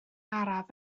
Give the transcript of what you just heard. araf